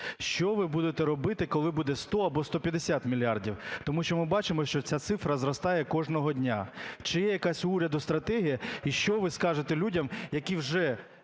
Що ви будете робити, коли буде 100 або 150 мільярдів? Тому що ми бачимо, що ця цифра зростає кожного дня. Чи є якась у уряду стратегія? І що ви скажете людям, які вже